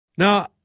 Now